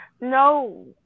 no